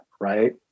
right